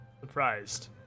Surprised